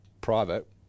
private